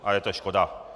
A je to škoda.